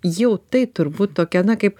jau tai turbūt tokia na kaip